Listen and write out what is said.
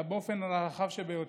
אלא באופן רחב ביותר.